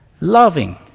loving